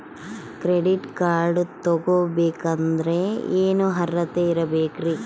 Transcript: Credit card ತೊಗೋ ಬೇಕಾದರೆ ಏನು ಅರ್ಹತೆ ಇರಬೇಕ್ರಿ?